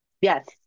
Yes